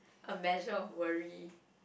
a measure of worry